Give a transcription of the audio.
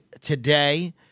today